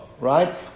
right